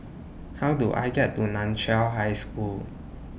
How Do I get to NAN Chiau High School